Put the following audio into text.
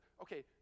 Okay